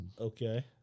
Okay